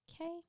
Okay